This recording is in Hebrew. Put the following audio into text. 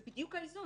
זה בדיוק האיזון.